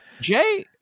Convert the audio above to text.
jay